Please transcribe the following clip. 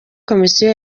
komisiyo